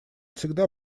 всегда